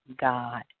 God